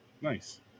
Nice